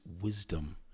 wisdom